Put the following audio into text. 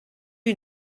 you